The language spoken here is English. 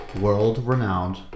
World-renowned